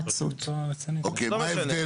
נציג הרשות המרחבית הנוגעת בדבר תמך בהחלטה,